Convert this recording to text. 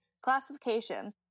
classification